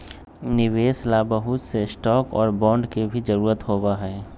निवेश ला बहुत से स्टाक और बांड के भी जरूरत होबा हई